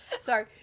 Sorry